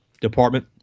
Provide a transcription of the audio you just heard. department